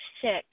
six